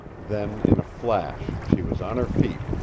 then, in a flash, she was on her feet,